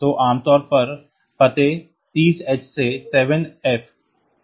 तो आमतौर पर पते 30h से 7Fh की सीमा में होते हैं